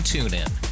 TuneIn